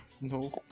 No